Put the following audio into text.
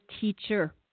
teacher